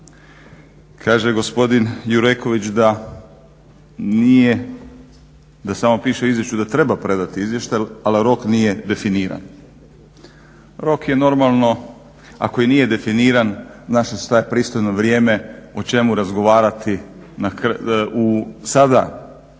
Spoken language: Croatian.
Kaže gospodin Jureković da nije, da samo piše u izvješću da treba predati izvještaj, ali rok nije definiran. Rok je normalno, ako i nije definiran …/Govornik se ne razumije./… pristojno vrijeme o čemu razgovarati. Sada